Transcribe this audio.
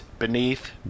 Beneath